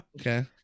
okay